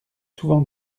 souvent